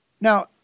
Now